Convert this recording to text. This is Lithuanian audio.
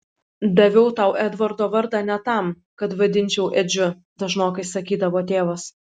daviau tau edvardo vardą ne tam kad vadinčiau edžiu dažnokai sakydavo tėvas